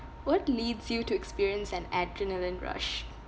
what leads you to experience an adrenaline rush